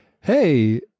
hey